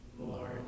Lord